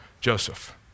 Joseph